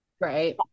Right